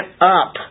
up